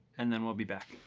and then we'll be back.